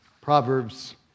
Proverbs